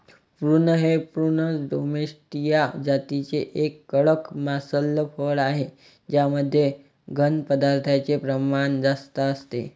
prune हे प्रूनस डोमेस्टीया जातीचे एक कडक मांसल फळ आहे ज्यामध्ये घन पदार्थांचे प्रमाण जास्त असते